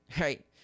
right